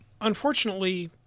Unfortunately